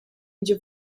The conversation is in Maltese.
jiġu